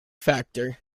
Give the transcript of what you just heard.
factor